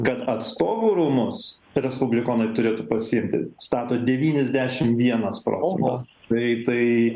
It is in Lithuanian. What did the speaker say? kad atstovų rūmus respublikonai turėtų pasiekti stato devyniasdešim vienas procentas tai tai